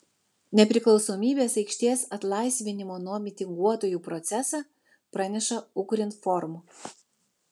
nepriklausomybės aikštės atlaisvinimo nuo mitinguotojų procesą praneša ukrinform